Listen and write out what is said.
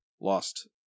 lost